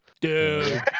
Dude